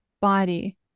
body